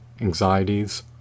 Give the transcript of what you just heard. anxieties